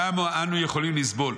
כמה אנו יכולים לסבול?